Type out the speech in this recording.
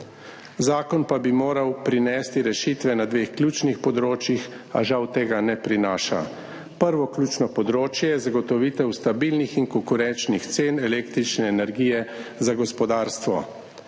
10.55** (Nadaljevanje) na dveh ključnih področjih, a žal tega ne prinaša, prvo ključno področje je zagotovitev stabilnih in konkurenčnih cen električne energije za gospodarstvo.